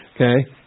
Okay